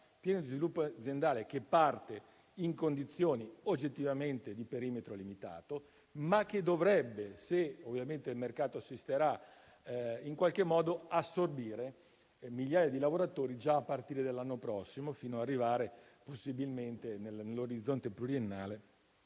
piano di sviluppo aziendale, che parte in condizioni oggettivamente di perimetro limitato, ma che dovrebbe assorbire - ovviamente se il mercato ci assisterà - migliaia di lavoratori già a partire dall'anno prossimo, fino ad arrivare possibilmente nell'orizzonte pluriennale